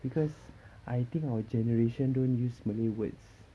because I think our generation don't use malay words